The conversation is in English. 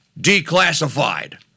declassified